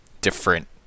different